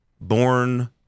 born